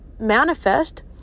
manifest